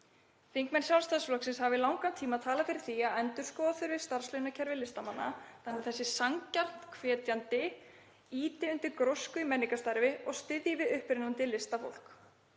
Þingmenn Sjálfstæðisflokksins hafa í langan tíma talað fyrir því að endurskoða þurfi starfslaunakerfi listamanna þannig að það sé sanngjarnt og hvetjandi, ýti undir grósku í menningarstarfi og styðji við upprennandi listafólk.